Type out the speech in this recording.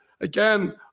again